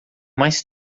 mais